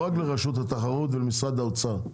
לא רק לרשות התחרות ולמשרד האוצר.